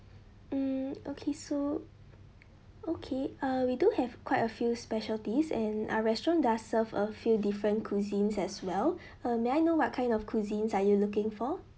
mm okay so okay uh we do have quite a few specialties and our restaurant does serve a few different cuisines as well uh may I know what kind of cuisine are you looking for